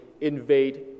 invade